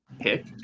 pick